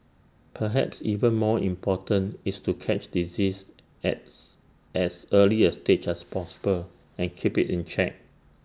perhaps even more important is to catch diseases as as early A stage as possible and keep IT in check